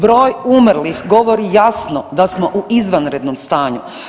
Broj umrlih govori jasno da smo u izvanrednom stanju.